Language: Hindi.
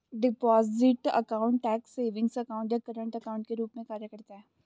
deposit account tax savings account या करंट अकाउंट के रूप में कार्य करता है